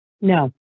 no